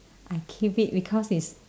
I keep it because is